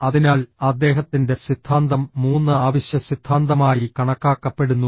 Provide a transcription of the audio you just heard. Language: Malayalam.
അതിനാൽ അദ്ദേഹത്തിന്റെ സിദ്ധാന്തം 3 ആവശ്യ സിദ്ധാന്തമായി കണക്കാക്കപ്പെടുന്നു